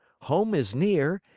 home is near,